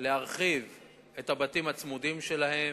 להרחיב את הבתים הצמודים שלהם,